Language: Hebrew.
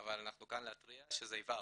אבל אנחנו כאן להתריע שזה יבער,